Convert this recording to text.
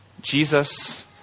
Jesus